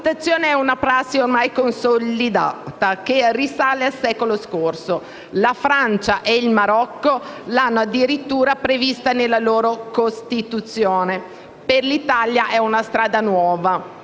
la valutazione è una prassi ormai consolidata, che risale al secolo scorso. La Francia e il Marocco l'hanno addirittura prevista nella loro Costituzione. Per l'Italia è una strada nuova